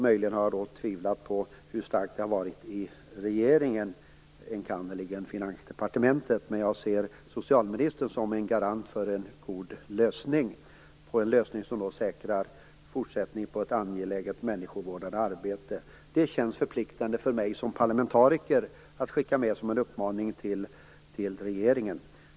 Möjligen har jag tvivlat på hur stark den har varit i regeringen, enkannerligen Finansdepartementet, men jag ser socialministern som en garant för en god lösning, som säkrar fortsättningen på ett angeläget människovårdande arbete. Det känns förpliktande för mig som parlamentariker att skicka med det som en uppmaning till regeringen.